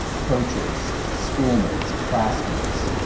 coaches, schoolmates, classmates,